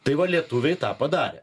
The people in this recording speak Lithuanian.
tai va lietuviai tą padarė